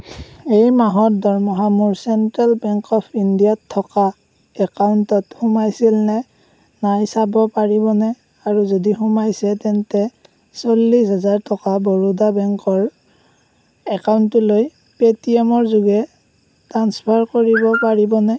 এই মাহৰ দৰমহা মোৰ চেণ্ট্ৰেল বেংক অৱ ইণ্ডিয়াত থকা একাউণ্টত সোমাইছিল নে নাই চাব পাৰিবনে আৰু যদি সোমাইছে তেন্তে চল্লিছ হাজাৰ টকা বৰোদা বেংকৰ একাউণ্টটোলৈ পে'টিএমৰ যোগে ট্ৰাঞ্চফাৰ কৰিব পাৰিবনে